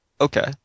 Okay